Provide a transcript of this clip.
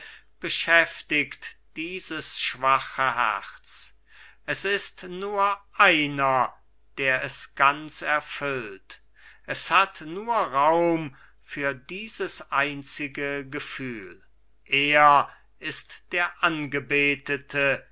beschäftigt dieses schwache herz es ist nur einer der es ganz erfüllt es hat nur raum für dieses einzige gefühl er ist der angebetete